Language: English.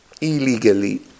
illegally